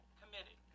committed